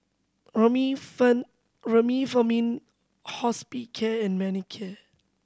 Remifemin Hospicare and Manicare